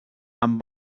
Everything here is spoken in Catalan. amb